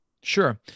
Sure